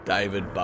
David